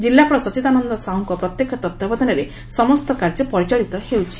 ଜିଲ୍ଲାପାଳ ସଚିଦାନନ୍ଦ ସାହୁଙ୍ଙ ପ୍ରତ୍ୟେଷ ତତ୍ୱାବଧାନରେ ସମସ୍ତ କାର୍ଯ୍ୟ ପରିଚାଳିତ ହେଉଛି